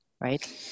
right